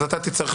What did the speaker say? אז אתה תצטרך